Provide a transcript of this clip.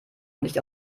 nicht